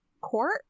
Court